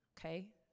Okay